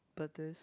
but this